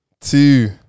two